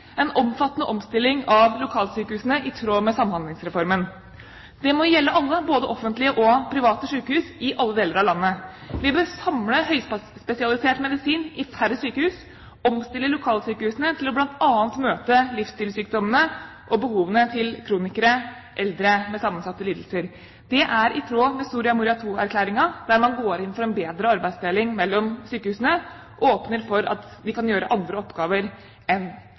bør samle høyspesialisert medisin i færre sykehus, omstille lokalsykehusene til bl.a. å møte livsstilssykdommene og behovene til kronikere og eldre med sammensatte lidelser. Det er i tråd med Soria Moria II-erklæringen, der man går inn for en bedre arbeidsdeling mellom sykehusene, åpner for at de kan gjøre andre oppgaver enn